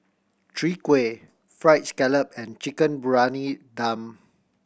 Chwee Kueh Fried Scallop and Chicken Briyani Dum